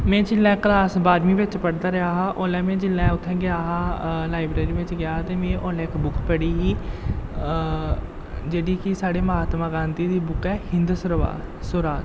में जिल्लै क्लास बाह्रमीं बिच्च पढ़दा रेहा हा ओल्लै में जेल्लै उत्थै गेआ हा लाइब्रेरी बिच्च गेआ हा ते में ओल्लै इक बुक पढ़ी ही जेह्ड़ी कि साढ़े म्हात्मा गांधी दी बुक ऐ हिन्द सरबा स्वारज